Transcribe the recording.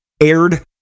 aired